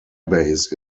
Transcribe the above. base